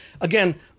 Again